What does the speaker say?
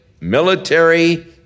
military